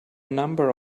number